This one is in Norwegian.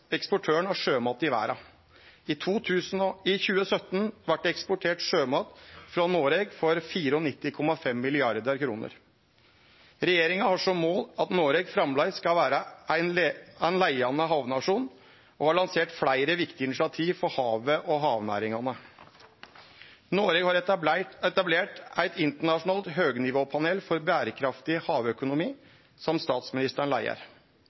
eksportøren av sjømat i verda. I 2017 vart det eksportert sjømat frå Noreg for 94,5 mrd. kr. Regjeringa har som mål at Noreg framleis skal vere ein leiande havnasjon, og har lansert fleire viktige initiativ for havet og havnæringane. Noreg har etablert eit internasjonalt høgnivåpanel for berekraftig havøkonomi, som statsministeren